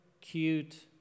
cute